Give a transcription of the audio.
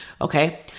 Okay